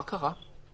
מה קרה?